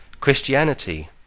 Christianity